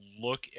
look